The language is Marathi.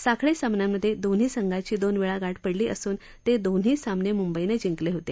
साखळी सामन्यांमधे दोन्ही संघांची दोन वेळा गाठ पडली असून ते दोन्ही सामने मुंबईनं जिंकले होते